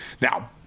Now